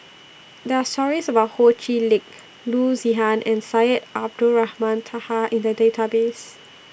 There Are stories about Ho Chee Lick Loo Zihan and Syed Abdulrahman Taha in The Database